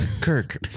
Kirk